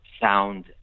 sound